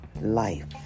life